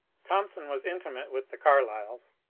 thompson was intimate with the carlyles.